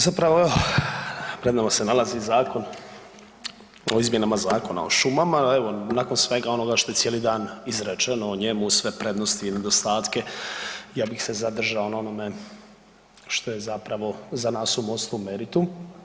Zapravo pred nama se nalazi Zakon o izmjenama Zakona o šumama, a evo nakon svega onoga što je cijeli dan izrečeno o njemu sve prednosti i nedostatke, ja bih se zadržao na onome što je zapravo za nas u Mostu meritum.